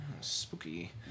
spooky